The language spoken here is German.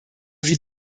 sie